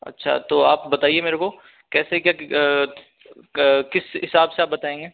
अच्छा तो आप बताइए मेरे को कैसे क्या किस हिसाब से आप बताएंगे